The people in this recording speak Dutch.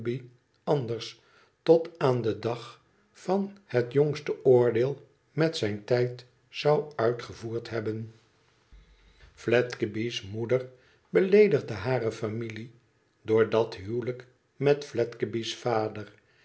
anders tot aan den dag van het jongste oordeel met zijn tijd zou uitgevoerd hebben fledgeby s moeder beleedigde hare familie door dat huwelijk met fledgeby s vader